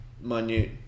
minute